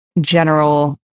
general